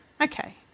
Okay